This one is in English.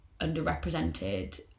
underrepresented